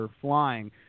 flying